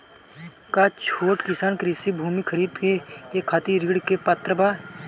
का छोट किसान कृषि भूमि खरीदे के खातिर ऋण के पात्र बा?